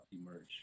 emerge